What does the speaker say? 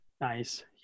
Nice